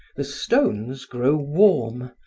the stones grow warm,